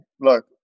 look